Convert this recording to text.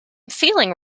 feeling